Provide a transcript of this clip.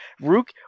Rook